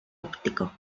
óptico